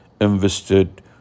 invested